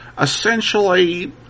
essentially